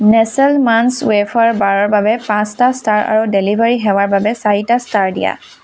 Nestle munch wafer বাৰৰ বাবে পাঁচটা ষ্টাৰ আৰু ডেলিভাৰী সেৱাৰ বাবে চাৰিটা ষ্টাৰ দিয়া